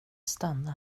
stanna